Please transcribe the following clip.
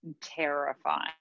terrifying